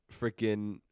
freaking